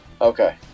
okay